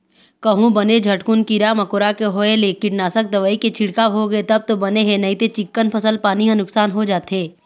कहूँ बने झटकुन कीरा मकोरा के होय ले कीटनासक दवई के छिड़काव होगे तब तो बने हे नइते चिक्कन फसल पानी ह नुकसान हो जाथे